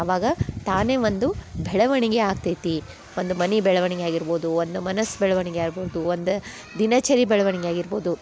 ಅವಾಗ ತಾನೆ ಒಂದು ಬೆಳವಣಿಗೆ ಆಗ್ತೈತಿ ಒಂದು ಮನೆ ಬೆಳವಣಿಗೆ ಆಗಿರ್ಬೋದು ಒಂದು ಮನಸ್ಸು ಬೆಳವಣ್ಗೆ ಆಗಿರ್ಬೋದು ಒಂದು ದಿನಚರಿ ಬೆಳವಣಿಗೆ ಆಗಿರ್ಬೋದು